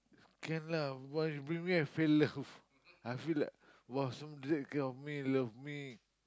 can lah why you bring me I feel loved I feel like !wow! someboday that care of me love me